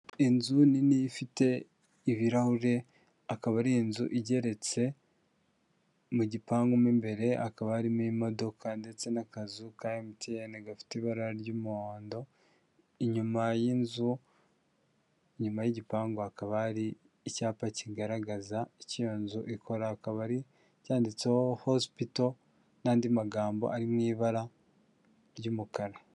Inzu nini ifite ibirahure akaba ari inzu igeretse, mu gipangu mo imbere hakaba harimo imodoka ndetse n'akazu ka MTN gafite ibara ry'umuhondo inyuma y'inzu, inyuma y'igipangu hakaba hari icyapa kigaragaza icyo iyo nzu ikora, akaba ari cyanditseho hosipito n'andi magambo ari mu ibara ry'umukara.